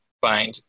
find